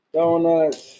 Donuts